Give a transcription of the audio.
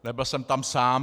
Nebyl jsem tam sám.